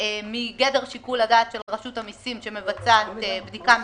מגדר שיקול הדעת של רשות המיסים שמבצעת בדיקה מקצועית.